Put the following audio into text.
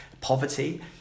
poverty